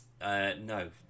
No